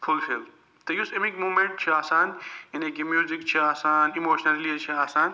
full fill تہٕ یُس أمِکۍ مومیٚنٛٹ چھِ آسان یعنی کہِ میٛوٗزِک چھِ آسان اِموشنل رِلیٖز چھِ آسان